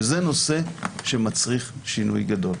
וזה נושא שמצריך שינוי גדול.